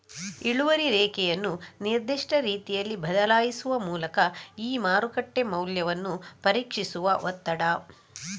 ಇಳುವರಿ ರೇಖೆಯನ್ನು ನಿರ್ದಿಷ್ಟ ರೀತಿಯಲ್ಲಿ ಬದಲಾಯಿಸುವ ಮೂಲಕ ಈ ಮಾರುಕಟ್ಟೆ ಮೌಲ್ಯವನ್ನು ಪರೀಕ್ಷಿಸುವ ಒತ್ತಡ